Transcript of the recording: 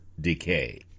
decay